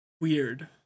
weird